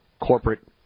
corporate